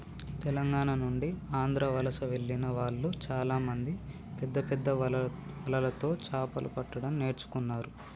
తెలంగాణ నుండి ఆంధ్ర వలస వెళ్లిన వాళ్ళు చాలామంది పెద్దపెద్ద వలలతో చాపలు పట్టడం నేర్చుకున్నారు